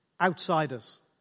outsiders